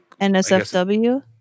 NSFW